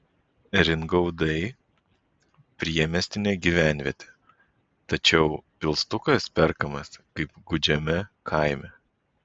ringaudai priemiestinė gyvenvietė tačiau pilstukas perkamas kaip gūdžiame kaime